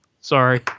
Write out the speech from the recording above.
Sorry